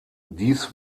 dies